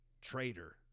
traitor